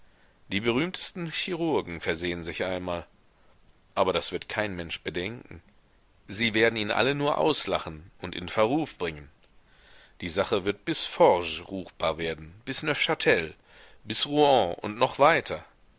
die berühmtesten chirurgen versehen sich einmal aber das wird kein mensch bedenken sie werden ihn alle nur auslachen und in verruf bringen die sache wird bis forges ruchbar werden bis neufchtel bis rouen und noch weiter